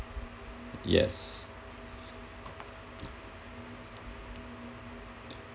yes